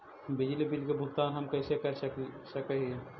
बिजली बिल के भुगतान हम कैसे कर सक हिय?